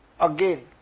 again